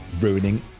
ruining